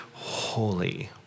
Holy